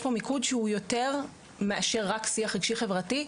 יש פה מיקוד שהוא יותר מאשר רק שיח רגשי חברתי.